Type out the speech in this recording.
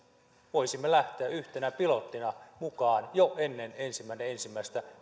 voisimme lähteä yhtenä pilottina mukaan jo ennen ensimmäinen ensimmäistä